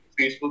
Facebook